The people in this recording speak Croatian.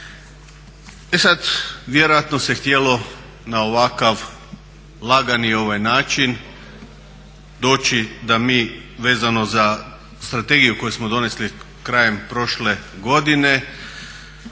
E sad vjerojatno se htjelo na ovakav lagani način doći da mi vezano za strategiju koju smo donijeli krajem prošle godine